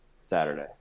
Saturday